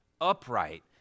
upright